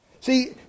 See